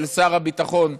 של שר הביטחון,